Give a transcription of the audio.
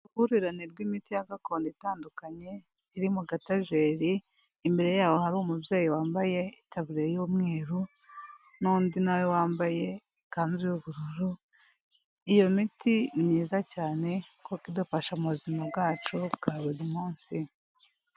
Uruhurirane rw'imiti ya gakondo itandukanye, iri mu gatajeri, imbere yaho hari umubyeyi wambaye itaburiya y'umweru, n'undi na we wambaye ikanzu y'ubururu, iyo miti myiza cyane, kuko idufasha mu buzima bwacu bwa buri munsi.